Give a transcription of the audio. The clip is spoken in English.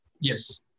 Yes